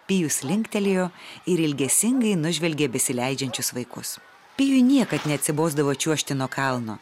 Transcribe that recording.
pijus linktelėjo ir ilgesingai nužvelgė besileidžiančius vaikus pijui niekad neatsibosdavo čiuožti nuo kalno